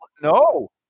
No